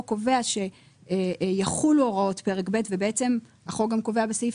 קובע שיחולו הוראות פרק ב' ובעצם החוק גם קובע בסעיף